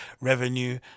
revenue